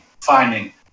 finding